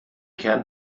kern